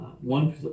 one